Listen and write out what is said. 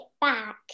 back